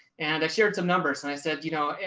and i shared some numbers. and i said, you know,